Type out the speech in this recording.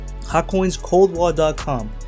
HotcoinsColdWall.com